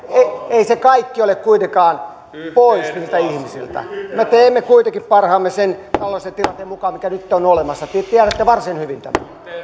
ei se kaikki ole kuitenkaan pois niiltä ihmisiltä me teemme kuitenkin parhaamme sen taloudellisen tilanteen mukaan mikä nyt on olemassa te tiedätte varsin hyvin